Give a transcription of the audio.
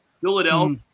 Philadelphia